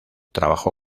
trabajó